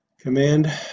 command